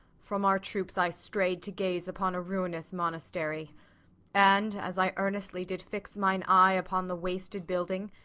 from our troops i stray'd to gaze upon a ruinous monastery and as i earnestly did fix mine eye upon the wasted building,